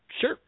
Sure